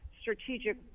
strategic